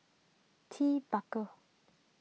Ted Baker